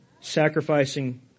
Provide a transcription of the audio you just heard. Sacrificing